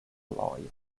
lawyer